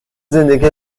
زندگی